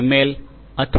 L અથવા D